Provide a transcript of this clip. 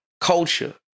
culture